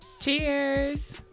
cheers